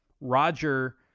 Roger